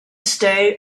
stay